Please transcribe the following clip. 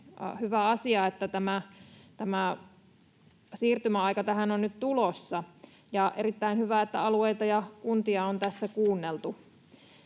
hyvä asia, että tämä siirtymäaika tähän on nyt tulossa, ja on erittäin hyvä, että alueita ja kuntia on tässä kuunneltu.